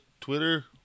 Twitter